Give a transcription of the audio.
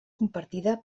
compartida